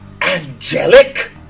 angelic